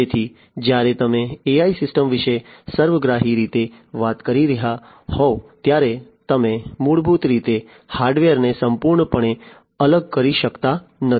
તેથી જ્યારે તમે AI સિસ્ટમ્સ વિશે સર્વગ્રાહી રીતે વાત કરી રહ્યાં હોવ ત્યારે તમે મૂળભૂત રીતે હાર્ડવેરને સંપૂર્ણપણે અલગ કરી શકતા નથી